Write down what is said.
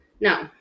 No